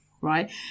Right